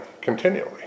continually